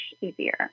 easier